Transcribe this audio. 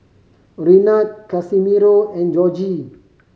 Renard Casimiro and Georgie